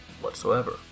whatsoever